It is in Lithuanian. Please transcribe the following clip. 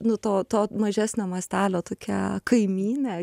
nu to to mažesnio mastelio tokia kaimynė